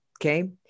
okay